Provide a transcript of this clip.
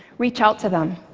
reach out to them.